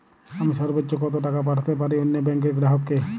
আমি সর্বোচ্চ কতো টাকা পাঠাতে পারি অন্য ব্যাংক র গ্রাহক কে?